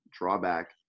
drawback